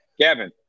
Kevin